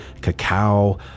cacao